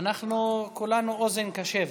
כולנו אוזן קשבת.